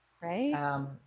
right